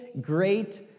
great